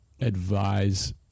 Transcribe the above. advise